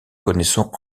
connaissons